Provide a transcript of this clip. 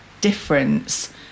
difference